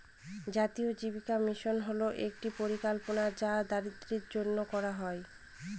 জাতীয় জীবিকা মিশন হল একটি পরিকল্পনা যা দরিদ্রদের জন্য করা হয়